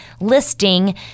listing